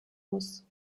muss